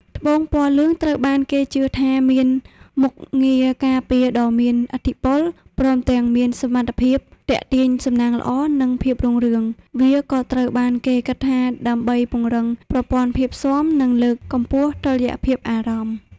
ត្បូងពណ៌លឿងត្រូវបានគេជឿថាមានមុខងារការពារដ៏មានឥទ្ធិពល ព្រមទាំងមានសមត្ថភាពទាក់ទាញសំណាងល្អ និងភាពរុងរឿង។ វាក៏ត្រូវបានគេគិតថាដើម្បីពង្រឹងប្រព័ន្ធភាពស៊ាំ និងលើកកម្ពស់តុល្យភាពអារម្មណ៍។